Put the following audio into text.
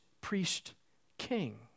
priest-king